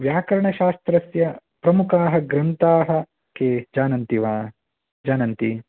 व्याकरणशास्त्रस्य प्रमुखाः ग्रन्थाः के जानन्ति वा जानन्ति